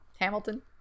Hamilton